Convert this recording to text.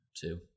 two